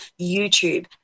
YouTube